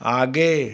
आगे